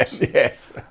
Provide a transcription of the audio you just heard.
Yes